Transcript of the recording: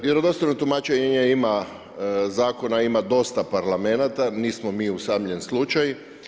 Vjerodostojno tumačenje zakona ima dosta parlamenata, nismo mi usamljen slučaj.